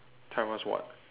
time us what